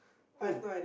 who